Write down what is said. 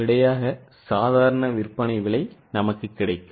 2 சாதாரண விற்பனை விலை கிடைக்கும்